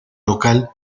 local